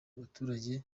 abaturage